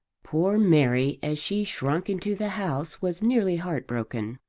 poor mary as she shrunk into the house was nearly heartbroken.